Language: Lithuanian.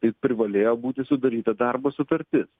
tai privalėjo būti sudaryta darbo sutartis